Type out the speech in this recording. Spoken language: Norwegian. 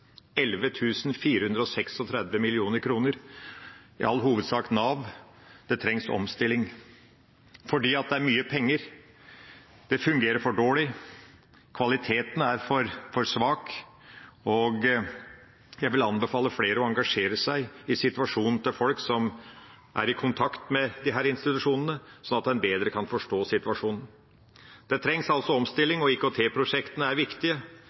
i all hovedsak Nav. Det trengs omstilling, fordi det er mye penger, det fungerer for dårlig, kvaliteten er for svak, og jeg vil anbefale flere å engasjere seg i situasjonen til folk som er i kontakt med disse institusjonene, slik at en bedre kan forstå situasjonen. Det trengs altså omstilling, og IKT-prosjektene er viktige.